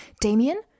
damien